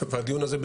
בדיון הזה,